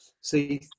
see